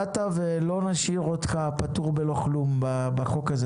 באת ולא נשאיר אותך פטור בלא כלום בחוק הזה.